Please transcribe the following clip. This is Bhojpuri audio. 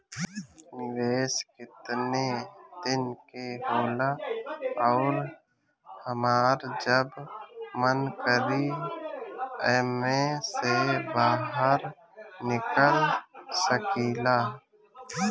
निवेस केतना दिन के होला अउर हमार जब मन करि एमे से बहार निकल सकिला?